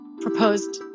proposed